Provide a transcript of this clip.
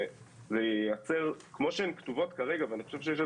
אנחנו חושבים